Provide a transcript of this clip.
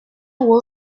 whole